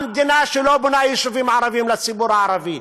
המדינה שלא בונה יישובים ערביים לציבור הערבי,